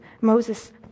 Moses